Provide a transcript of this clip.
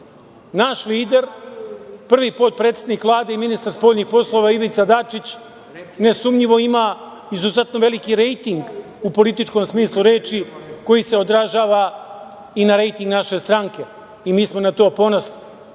Naš lider, prvi potpredsednik Vlade i ministar spoljnih poslova, Ivica Dačić, nesumnjivo ima izuzetno veliki rejting u političkom smislu reči koji se odražava i na rejting naše stranke i mi smo na to ponosni.